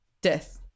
Death